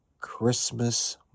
Christmas